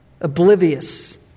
Oblivious